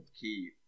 key